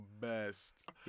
best